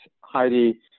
Heidi